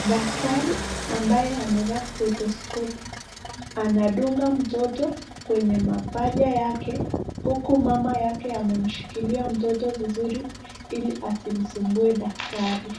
dakrari aambaye amevaa stetoskopu anadunga mtoto kwenye mapaja yake huku mama yake amemshikilia mtoto vizuri ili asimsumbue daktari.